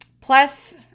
Plus